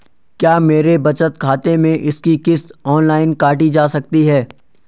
क्या मेरे बचत खाते से इसकी किश्त ऑनलाइन काटी जा सकती है?